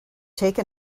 take